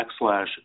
backslash